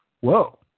Whoa